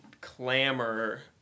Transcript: clamor